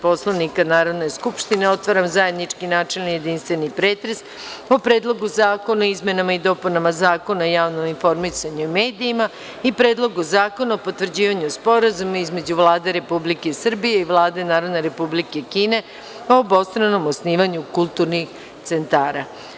Poslovnika Narodne skupštine, otvaram zajednički jedinstveni pretres o Predlogu zakona o izmenama i dopunama Zakona o javnom informisanju i medijima i Predlogu zakona o potvrđivanju Sporazuma između Vlade Republike Srbije i Vlade Narodne Republike Kine o obostranom osnivanju kulturnih centara.